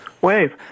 wave